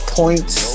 points